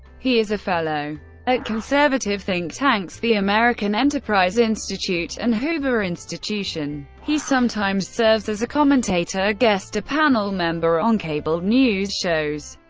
he is a fellow at conservative think tanks the american enterprise institute and hoover institution. he sometimes serves as a commentator, guest or panel member on cable news shows,